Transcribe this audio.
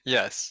Yes